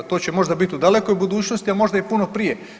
To će možda biti u dalekoj budućnosti, a možda i puno prije.